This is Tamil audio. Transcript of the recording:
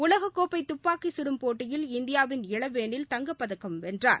உலக கோப்பை துப்பாக்கிச் சுடும் போட்டியில் இந்தியாவின் இளவேனில் தங்கப்பதக்கம் வென்றார்